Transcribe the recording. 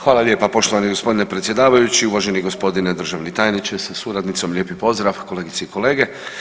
Hvala lijepa poštovani gospodine predsjedavajući, uvaženi gospodine državni tajniče sa suradnicom, lijepi pozdrav, kolegice i kolege.